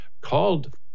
called